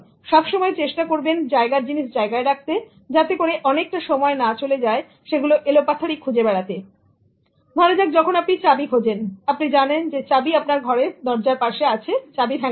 সব সময় চেষ্টা করবেন জায়গার জিনিস জায়গায় রাখতে যাতে করে অনেকটা সময় না চলে যায় সেগুলো এলোপাথাড়ি খুঁজে বেড়াতে যখন আপনি চাবি খোঁজেন আপনি জানেন যে চাবি আপনার ঘরে দরজার পাশে আছে চাবির হ্যাঙ্গারে